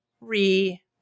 re